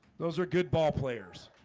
those are good ball player